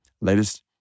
latest